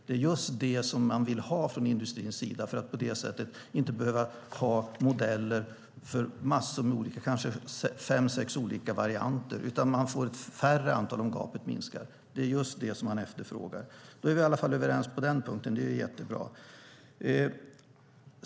Det är just det som man vill ha från industrins sida för att på det sättet inte behöva ha modeller för kanske fem sex olika varianter. Man får ett lägre antal om gapet minskar. Det är just det man efterfrågar. Då är vi i alla fall överens på den punkten. Det är jättebra.